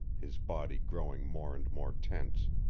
his body growing more and more tense.